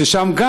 שגם שם,